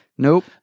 Nope